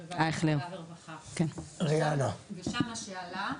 רייכלר בוועדת העבודה והרווחה ושם מה שעלה,